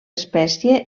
espècie